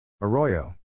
Arroyo